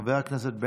חבר הכנסת בוסו,